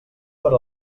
per